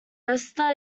esther